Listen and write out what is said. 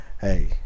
Hey